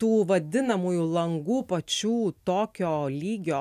tų vadinamųjų langų pačių tokio lygio